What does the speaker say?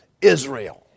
Israel